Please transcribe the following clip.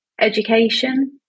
education